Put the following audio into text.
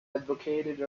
advocated